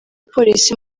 polisi